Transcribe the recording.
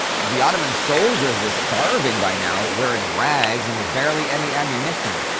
the ottoman soldiers were starving by now, wearing rags, and with barely any ammunition.